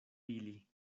ili